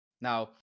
Now